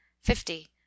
fifty